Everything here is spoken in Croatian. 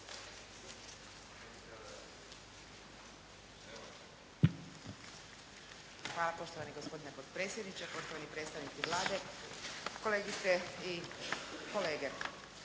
Hvala. Poštovani gospodine potpredsjedniče, poštovani predstavnici Vlade, kolegice i kolege.